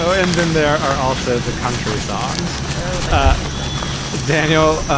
so and then there are also the country songs. a few songs, daniel.